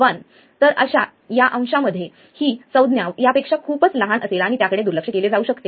1 तर या अंशामध्ये ही संज्ञा यापेक्षा खूपच लहान असेल आणि त्याकडे दुर्लक्ष केले जाऊ शकते